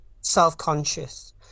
self-conscious